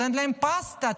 פסטה,